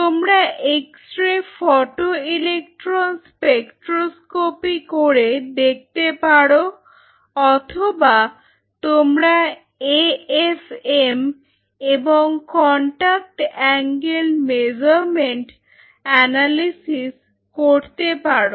তোমরা x ray photoelectron spectroscopy করে দেখতে পারো অথবা তোমরা এ এফ এম এবং কন্টাক্ট অ্যাঙ্গেল মেজারমেন্ট অ্যানালিসিস করতে পারো